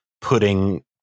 putting